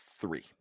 three